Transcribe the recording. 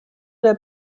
der